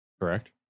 Correct